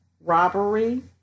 robbery